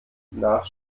nach